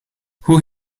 hoe